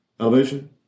Elevation